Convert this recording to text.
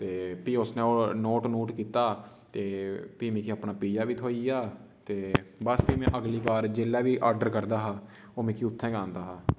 ते फ्ही उसने ओह् नोट नुट कीता ते फ्ही मिगी अपना पिज़्ज़ा बी थ्होई गेआ ते बस फ्ही में अगली बार जेल्लै बी आर्डर करदा हा ओह् मिगी उत्थै गै आंदा हा